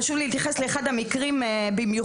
חשוב לי להתייחס לאחד המקרים במיוחד,